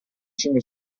sullo